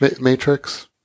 Matrix